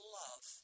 love